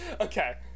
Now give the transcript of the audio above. okay